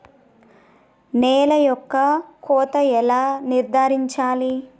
నేల యొక్క కోత ఎలా నిర్ధారించాలి?